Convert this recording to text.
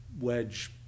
Wedge